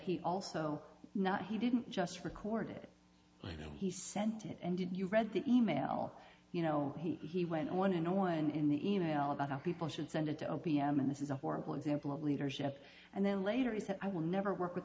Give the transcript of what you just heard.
he also not he didn't just record it i know he sent it and did you read the e mail you know he went on and on one in the email about how people should send it to o p m and this is a horrible example of leadership and then later he said i will never work with